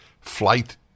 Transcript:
flight